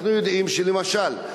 למשל,